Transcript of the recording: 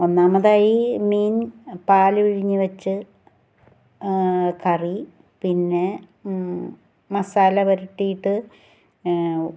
ഒന്നാമതായി മീൻ പാല് പിഴിഞ്ഞ് വെച്ച് കറി പിന്നെ മസാല പുരട്ടീട്ട്